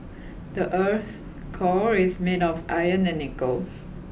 the earth's core is made of iron and nickel